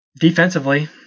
defensively